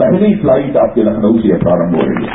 पहली फ्लाइट आपकी लखनऊ से प्रारंभ हो रहीहै